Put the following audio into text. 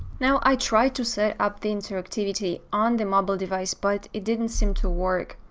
now i try to set up the interactivity on the mobile device, but it didn't seem to work.